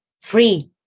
free